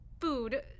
Food